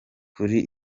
kuri